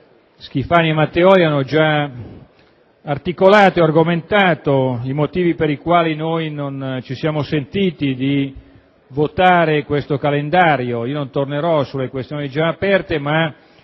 Schifani e Matteoli hanno già articolato e argomentato i motivi per i quali non ci siamo sentiti di votare questo calendario. Non tornerò sulle questioni già aperte, ma